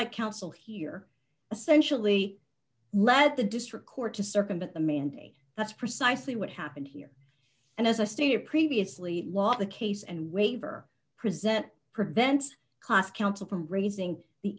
like counsel here essentially let the district court to circumvent the mandate that's precisely what happened here and as i stated previously law the case and waiver present prevents cost council from raising the